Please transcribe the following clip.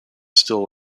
still